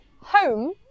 home